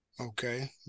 okay